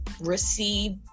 receive